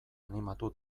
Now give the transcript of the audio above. animatu